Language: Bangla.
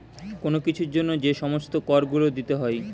কোন কিছুর জন্য যে সমস্ত কর গুলো দিতে হয়